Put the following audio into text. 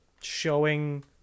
showing